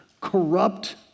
corrupt